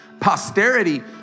Posterity